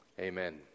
amen